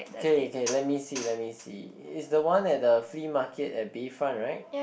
K K let me see let me see it the one at the free market at Bayfront right